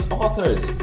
authors